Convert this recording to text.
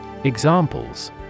Examples